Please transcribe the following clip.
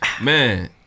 man